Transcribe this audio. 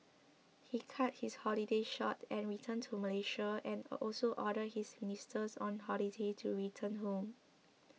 he cut his holiday short and returned to Malaysia and also ordered his ministers on holiday to return home